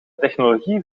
technologie